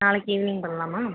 நாளைக்கு ஈவ்னிங் பண்ணலாமா